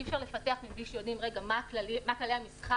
אי אפשר לפתח מבלי שיודעים מה כללי המשחק,